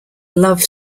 love